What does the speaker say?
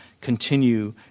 continue